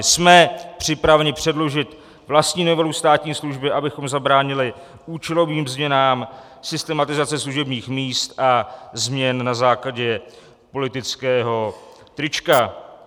Jsme připraveni předložit vlastní novelu státní služby, abychom zabránili účelovým změnám, systematizaci služebních míst a změn na základě politického trička.